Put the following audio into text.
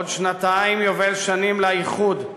עוד שנתיים יובל שנים לאיחוד,